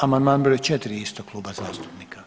Amandman br. 4 istog kluba zastupnika.